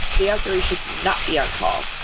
the so sre should not be on call,